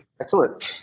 excellent